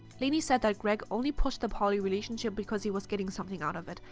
lainey said that greg only pushed the poly relationship because he was getting something out of it,